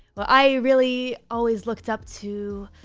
well, i really always looked up to